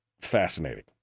fascinating